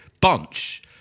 bunch